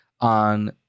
on